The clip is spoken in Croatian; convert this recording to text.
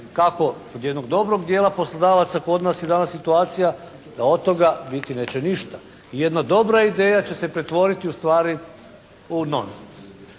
kako kod jednog dobrog dijela poslodavaca kod nas je i danas situacija da od toga biti neće ništa. I jedna dobra ideja će se pretvoriti u stvari u non sens.